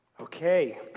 Okay